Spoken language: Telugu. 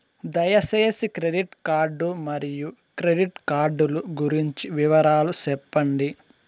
దయసేసి క్రెడిట్ కార్డు మరియు క్రెడిట్ కార్డు లు గురించి వివరాలు సెప్పండి?